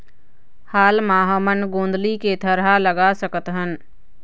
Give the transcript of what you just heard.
हाल मा हमन गोंदली के थरहा लगा सकतहन?